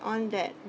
on that